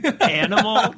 Animal